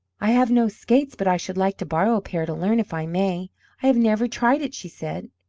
i have no skates, but i should like to borrow a pair to learn, if i may. i have never tried, she said.